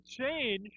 change